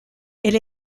elle